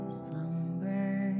slumber